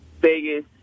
Vegas